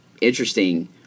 interesting